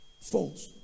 False